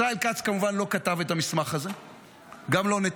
ישראל כץ כמובן לא כתב את המסמך הזה,